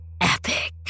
epic